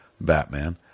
Batman